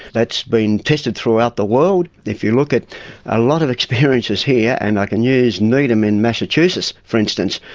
that has so been tested throughout the world. if you look at a lot of experiences here, and i can use needham in massachusetts, for instance,